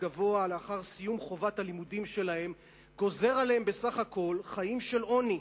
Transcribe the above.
גבוה לאחר סיום חובת הלימודים שלהם גוזר עליהם בסך הכול חיים של עוני,